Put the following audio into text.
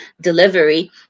delivery